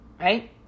right